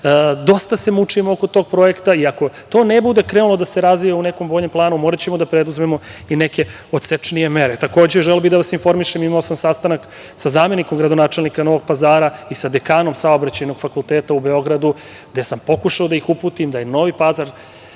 Dosta se mučimo oko tog projekta i ako to ne bude krenulo da se razvija u nekom bolje planu, moraćemo da preduzmemo i neke odsečnije mere. Takođe, želeo bih da vas informišem, imao sam sastanak sa zamenikom gradonačelnika Novog Pazara i sa dekanom Saobraćajnog fakulteta u Beogradu, gde sam pokušao da ih uputim, da je Novi Pazar